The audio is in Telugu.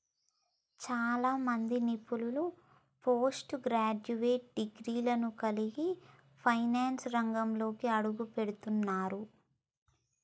చాలా మంది నిపుణులు పోస్ట్ గ్రాడ్యుయేట్ డిగ్రీలను కలిగి ఫైనాన్స్ రంగంలోకి అడుగుపెడుతున్నరు